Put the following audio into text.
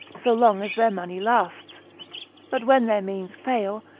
so long as their money lasts but when their means fail,